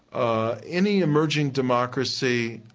ah any emerging democracy